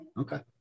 Okay